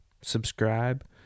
subscribe